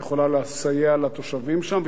היא יכולה לסייע לתושבים שם,